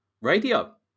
Radio